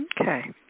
Okay